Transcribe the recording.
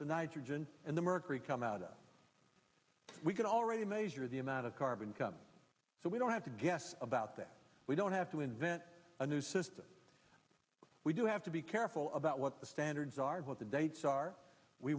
the nitrogen and the mercury come out of we can already major the amount of carbon come so we don't have to guess about that we don't have to invent a new system we do have to be careful about what the standards are what the dates are we